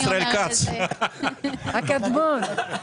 זה הקדמון.